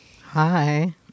Hi